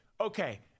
okay